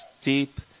deep